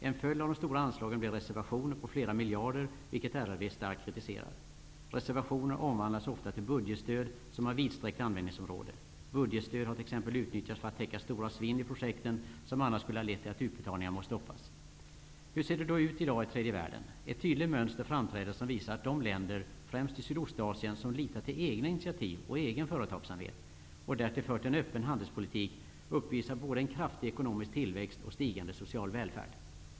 En följd av de stora anslagen blir reservationer på flera miljarder, vilket RRV starkt kritiserar. Reservationer omvandlas ofta till budgetstöd med vidsträckt användningsområde. Budgetstöd har t.ex. utnyttjats för att täcka stora svinn i projekten som annars skulle ha lett till att utbetalningar måst stoppas. Hur ser det då ut i dag i tredje världen? Ett tydligt mönster framträder. Det visar att de länder, främst i Sydostasien, som litat till egna initiativ och egen företagsamhet och därtill fört en öppen handelspolitik uppvisar både en kraftig ekonomisk tillväxt och stigande social välfärd.